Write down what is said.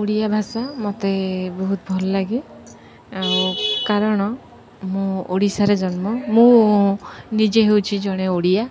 ଓଡ଼ିଆ ଭାଷା ମୋତେ ବହୁତ ଭଲ ଲାଗେ ଆଉ କାରଣ ମୁଁ ଓଡ଼ିଶାରେ ଜନ୍ମ ମୁଁ ନିଜେ ହେଉଛି ଜଣେ ଓଡ଼ିଆ